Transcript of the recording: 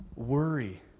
Worry